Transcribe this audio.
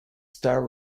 star